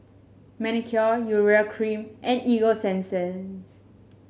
Manicare Urea Cream and Ego Sunsense